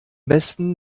besten